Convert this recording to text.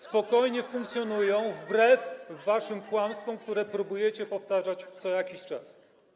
Spokojnie funkcjonują wbrew waszym kłamstwom, które próbujecie powtarzać co jakiś czas.